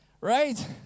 right